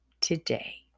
today